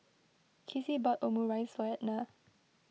Kizzie bought Omurice for Edna